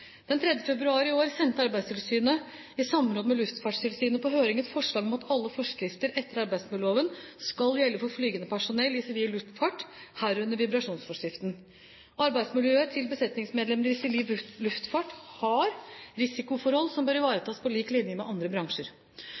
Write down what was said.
Den 3. februar i år sendte Arbeidstilsynet, i samråd med Luftfartstilsynet, på høring et forslag om at alle forskrifter etter arbeidsmiljøloven skal gjelde for flygende personell i sivil luftfart, herunder vibrasjonsforskriften. Arbeidsmiljøet til besetningsmedlemmer i sivil luftfart har risikoforhold som bør ivaretas på lik linje med andre bransjer.